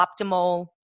optimal